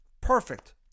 Perfect